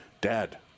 Dad